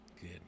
Good